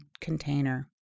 container